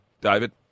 David